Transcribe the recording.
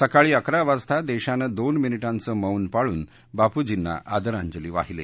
सकाळी अकरा वाजता देशानं दोन मिनिटांचं मौन पाळून बापूजींना आदरांजली वाहिली